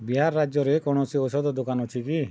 ବିହାର ରାଜ୍ୟରେ କୌଣସି ଔଷଧ ଦୋକାନ ଅଛି କି